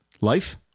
life